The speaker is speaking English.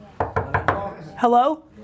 Hello